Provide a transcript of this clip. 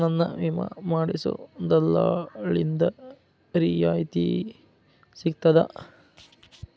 ನನ್ನ ವಿಮಾ ಮಾಡಿಸೊ ದಲ್ಲಾಳಿಂದ ರಿಯಾಯಿತಿ ಸಿಗ್ತದಾ?